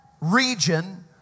region